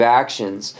actions